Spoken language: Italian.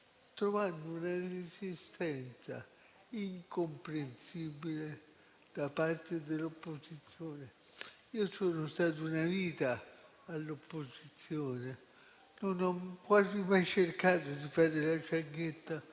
trovando una resistenza incomprensibile da parte dell'opposizione. Sono stato una vita all'opposizione e non ho quasi mai cercato di fare la "cianchetta"